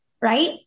right